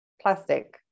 plastic